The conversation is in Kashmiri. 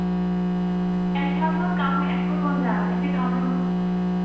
اَسہِ حظ ووٚن کَمٕے اَسہِ کوٚت ووٚن زیادٕ اَسے کَمٕے ووٚن